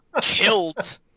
killed